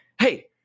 Hey